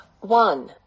one